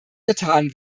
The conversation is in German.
getan